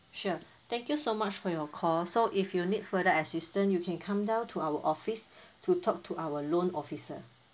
sure thank you so much for your call so if you need further assistant you can come down to our office to talk to our loan officer